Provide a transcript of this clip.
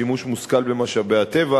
שימוש מושכל במשאבי הטבע,